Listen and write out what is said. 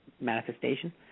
manifestation